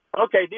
Okay